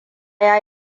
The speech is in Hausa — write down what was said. ya